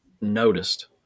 noticed